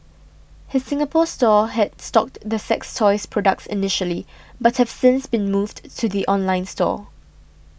his Singapore store had stocked the sex toys products initially but have since been moved to the online store